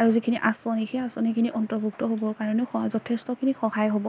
আৰু যিখিনি আঁচনি সেই আঁচনিখিনি অন্তৰ্ভুক্ত হ'বৰ কাৰণেও যথেষ্টখিনি সহায় হ'ব